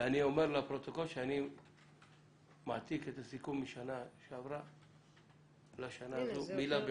אומר לפרוטוקול שאני מעתיק את הסיכום משנה שעברה לשנה הזו מילה במילה.